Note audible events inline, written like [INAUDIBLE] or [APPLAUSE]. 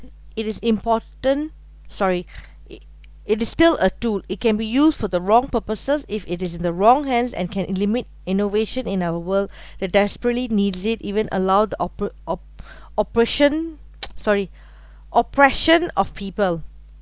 it is important sorry it it is still a tool it can be used for the wrong purposes if it is in the wrong hands and can limit innovation in our world that desperately needs it even allow the ope~ op~ operation [NOISE] sorry oppression of people